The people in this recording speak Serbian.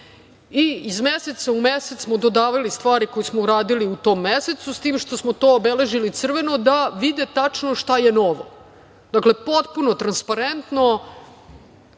i iz meseca u mesec smo dodavali stvari koje smo uradili u tom mesecu, s tim što smo to obeležili crveno, da vide tačno šta je novo. Dakle, potpuno transparentno